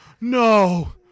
no